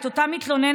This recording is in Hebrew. את אותה מתלוננת,